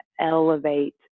elevate